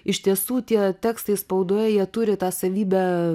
iš tiesų tie tekstai spaudoje jie turi tą savybę